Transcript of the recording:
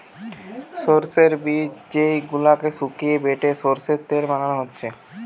সোর্সের বীজ যেই গুলাকে শুকিয়ে বেটে সোর্সের তেল বানানা হচ্ছে